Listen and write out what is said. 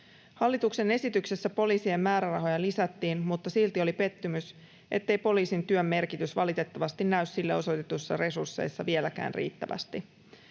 Hallituksen esityksessä poliisin määrärahoja lisättiin, mutta silti oli pettymys, ettei poliisin työn merkitys valitettavasti näy sille osoitetuissa resursseissa vieläkään riittävästi.